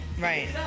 Right